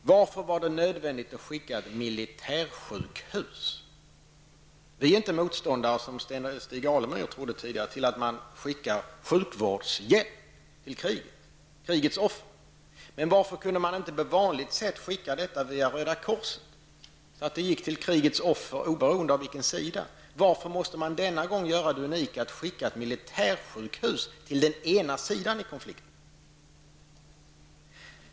Varför var det nödvändigt att skicka ut ett militärsjukhus? Vi är inte, som Stig Alemyr trodde tidigare, motståndare till att man skickar sjukvårdshjälp till krigets offer. Men varför kunde man inte på vanligt sätt skicka detta via Röda korset så att det gick till krigets offer oberoende av SIDA? Varför måste man denna gång göra det unika att skicka ett militärsjukhus till den ena sidan i konflikten?